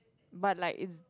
but like it's